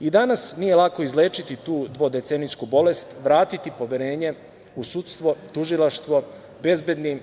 I danas nije lako izlečiti tu dvodecenijsku bolest, vratiti poverenje u sudstvo, tužilaštvo, obezbediti